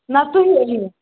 نہ تُہی أنِو